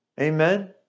Amen